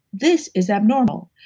this is abnormal.